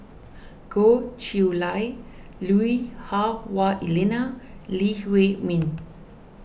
Goh Chiew Lye Lui Hah Wah Elena Lee Huei Min